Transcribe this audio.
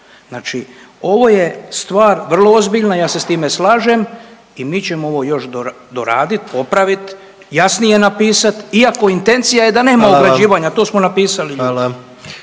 Znači ovo je stvar vrlo ozbiljna, ja se s time slažem i mi ćemo ovo još doradit, popravit, jasnije napisat iako intencija je da nema ograđivanja…/Upadica